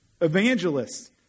Evangelists